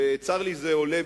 וצר לי שזה עולה,